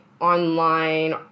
online